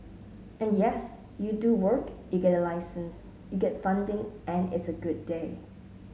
and yes you do work you get a license you get funding and it's a good day